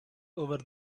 over